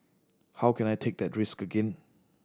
how can I take that risk again